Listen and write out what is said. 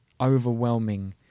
overwhelming